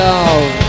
Love